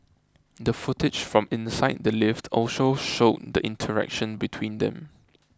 the footage from inside the lift also showed the interaction between them